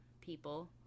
people